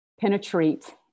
penetrate